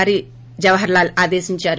హరిజవహర్లాల్ ఆదేశించారు